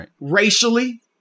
racially